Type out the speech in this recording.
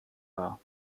war